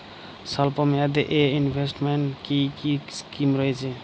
স্বল্পমেয়াদে এ ইনভেস্টমেন্ট কি কী স্কীম রয়েছে?